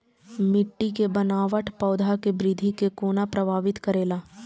मिट्टी के बनावट पौधा के वृद्धि के कोना प्रभावित करेला?